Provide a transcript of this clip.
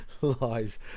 lies